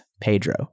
Pedro